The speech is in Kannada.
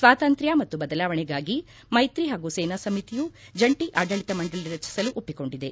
ಸ್ವಾತಂತ್ರ್ಯ ಮತ್ತು ಬದಲಾವಣೆಗಾಗಿ ಮೈತ್ರಿ ಹಾಗೂ ಸೇನಾ ಸಮಿತಿಯು ಜಂಟ ಆಡಳಿತ ಮಂಡಳಿಯನ್ನು ರಚಿಸಲು ಒಪ್ಪಿಕೊಂಡಿದೆ